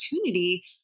opportunity